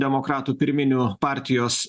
demokratų pirminių partijos